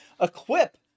equip